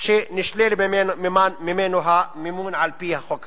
שנשלל ממנו המימון על-פי החוק הזה.